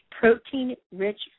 protein-rich